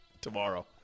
tomorrow